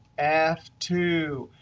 f two.